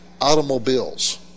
automobiles